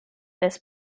this